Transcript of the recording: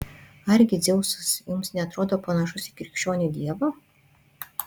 argi dzeusas jums neatrodo panašus į krikščionių dievą